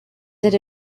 that